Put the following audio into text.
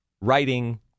writing